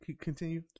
Continue